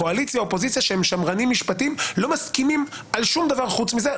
קואליציה-אופוזיציה שהם שמרנים משפטים שלא מסכימים על שום דבר חוץ מזה,